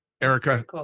Erica